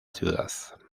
ciudad